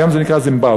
היום זה נקרא זימבבווה,